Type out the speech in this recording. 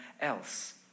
else